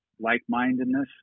like-mindedness